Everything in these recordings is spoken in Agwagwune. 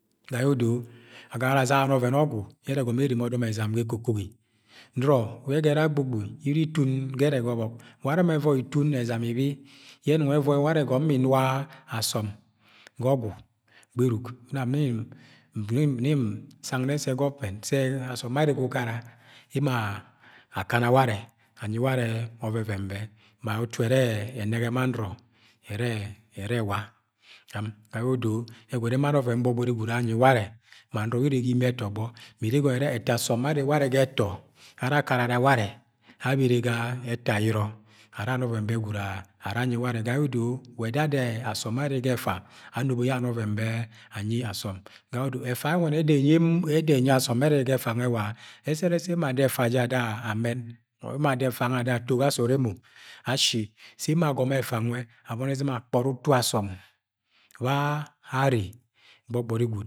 . ga ye odo agagara azagani ọvẹn ọgwu yẹ erẹ egọmọ ọdọm ẹzam ga ekokogi Nọrọ we egẹrẹ wa agbogboi we iri itun gerek ga ọbọk warẹ mẹ evọi itun ma e zam ibi yẹ enong ẹvọi itun ma ẹ zam ibi yẹ enọng ẹvọi ware igomo mo inuga asọm ga ọgwu gberuk, nam nni, nni, nni nsang nne sẹ government asọm bẹ arre ga ukara, ema akana ware anyi ware ọvẹ̣vẹn be ma utu ere ẹnẹge ma nọro yẹ emo. Ana oven bẹ gwud anyi warẹ ma noro wẹ ire ga im ẹtọgbo mi iri igọnọ irẹ eto asọm wẹ arre ware ga ẹtọ ara akararẹ ware. Abere ga ẹtọ ayọrọ ara ana ọvẹn bẹ gwud anyi ware, ga ye odo wa ẹdada asom be arre. ga efa anobo ye ana ọven bẹ anyi asa̱m ga yẹ odọ efa yẹ eda enyi, m, ẹda ẹnyi asọm bạ arre ga ẹfa nwe, wa, sẹ erẹ sẹ emo ashi sẹ emo agọmọ efa nwe abọni akpọri utu asọm be arre gbọgbọri gwud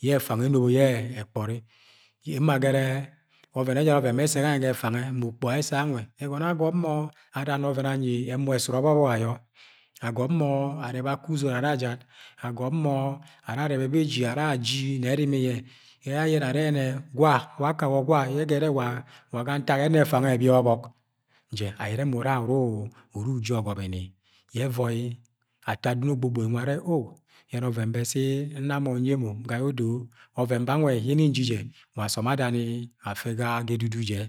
yẹ ẹfa nwẹ enobo ye ekpọri emo agere ọven ẹjara oven yẹ ese gangẹ ga ẹfa nwe ma ukpuga yẹ ẹsẹ gangẹ egọnọ ye a gọm mo ana ọvẹn anyi ẹmọ k e soọd ọbọbọk ayo, ago m mo are bẹ akẹ uzot ara ajad. Agomo ara arẹbẹ beji ara aji nẹ ẹri minini yẹ yẹ ayẹnẹ ere gwa, wakawo yẹ ẹgare wa ga ntake ene ẹfa nwe ebi yẹ ọbọk, njẹ ayene mọ una uru uji ọgbobini, yẹ ẹvọi ato adọn ogbogboi nwẹ are o! Yene ọven bẹ sẹ nna mọ nyi emo ga ye odo ọvẹn bẹ anwẹni nji jẹ wa asọm adani afẹ ga edudu je.